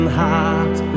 heart